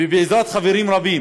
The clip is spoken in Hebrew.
ובעזרת חברים רבים